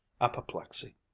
apoplexy